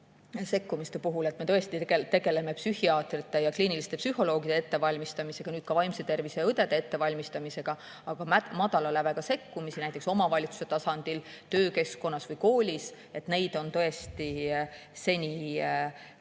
sekkumiste puhul me tõesti tegeleme psühhiaatrite ja kliiniliste psühholoogide ettevalmistamisega, nüüd ka vaimse tervise õdede ettevalmistamisega. Aga madala läve sekkumisi, näiteks omavalitsuse tasandil, töökeskkonnas või koolis, on olnud tõesti vähe